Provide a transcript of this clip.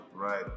Right